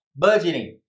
Budgeting